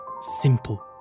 simple